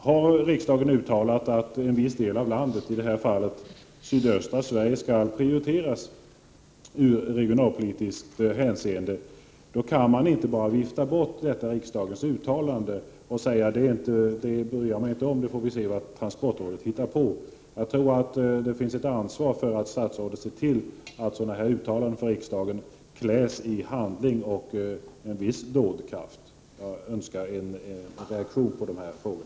Har riksdagen uttalat att en viss del av landet, i detta fall sydöstra Sverige, skall prioriteras i regionalpolitiskt hänseende, kan man inte bara vifta bort detta riksdagens uttalande och säga att man inte bryr sig om det och att man får se vad transportrådet kan hitta på. Statsrådet borde ta ansvar för att sådana här uttalanden från riksdagen kläs i handling och visa en viss dådkraft. Jag önskar en reaktion på dessa frågor.